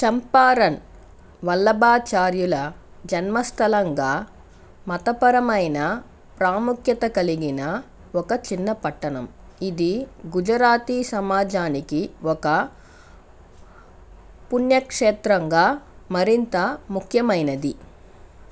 చంపారన్ వల్లభాచార్యుల జన్మస్థలంగా మతపరమైన ప్రాముఖ్యత కలిగిన ఒక చిన్న పట్టణం ఇది గుజరాతీ సమాజానికి ఒక పుణ్యక్షేత్రంగా మరింత ముఖ్యమైనది